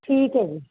ਠੀਕ ਹੈ ਜੀ